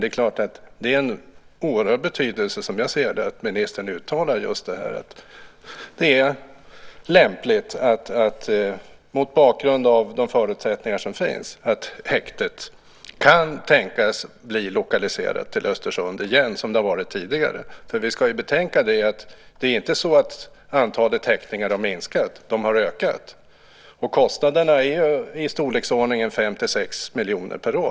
Det är klart att det har en oerhörd betydelse att ministern uttalar just det här, att det är lämpligt, mot bakgrund av de förutsättningar som finns, att häktet kan tänkas bli lokaliserat till Östersund igen som det har varit tidigare. Vi ska betänka att antalet häktningar inte har minskat; de har ökat. Kostnaderna är i storleksordningen 5-6 miljoner per år.